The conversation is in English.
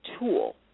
tool